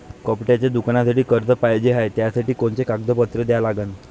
कपड्याच्या दुकानासाठी कर्ज पाहिजे हाय, त्यासाठी कोनचे कागदपत्र द्या लागन?